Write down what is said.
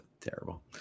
terrible